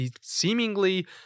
Seemingly